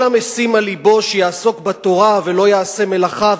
"כל המשים על לבו שיעסוק בתורה ולא יעשה מלאכה,